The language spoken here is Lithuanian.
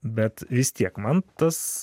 bet vis tiek man tas